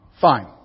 fine